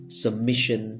submission